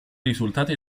risultati